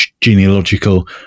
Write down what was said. genealogical